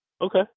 Okay